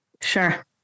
Sure